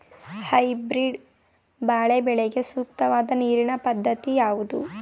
Hybrid ಬಾಳೆ ಬೆಳೆಗೆ ಸೂಕ್ತವಾದ ನೀರಿನ ಪದ್ಧತಿ ಯಾವುದು?